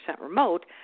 remote